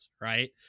right